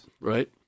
right